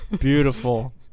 Beautiful